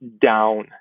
down